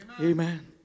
Amen